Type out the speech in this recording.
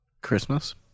christmas